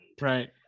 right